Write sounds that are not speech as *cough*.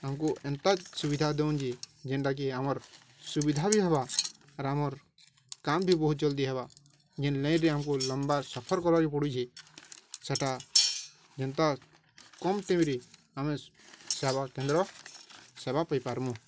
ଆମକୁ ଏନ୍ତା ସୁବିଧା ଦଉଚ ଯେନ୍ଟାକି ଆମର୍ ସୁବିଧା ବି ହେବା ଆର୍ ଆମର୍ କାମ ବି ବହୁତ ଜଲ୍ଦି ହେବା ଯେନ୍ ଲାଇନ୍ରେରେ ଆମ୍କୁ ଲମ୍ବା ସଫର୍ କରକୁ ପଡ଼ୁଛି ସେଟା ଯେନ୍ଟା *unintelligible* ରେ ଆମେ ସେବା କେନ୍ଦ୍ର ସେବା ପାଇ ପାରମୁଁ